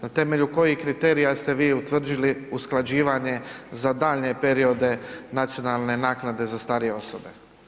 Na temelju kojih kriterija ste vi utvrdili usklađivanje za daljnje periode nacionalne naknade za starije osobe?